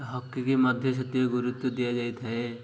hockey କି ମଧ୍ୟ ସେଥିରେ ଗୁରୁତ୍ୱ ଦିଆଯାଇଥାଏ